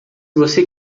você